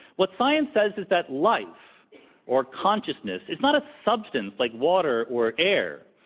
what science says is that life or consciousness is not a substance like water or air.